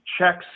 checks